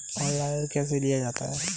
Online ऋण कैसे लिया जाता है?